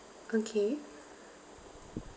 okay